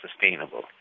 sustainable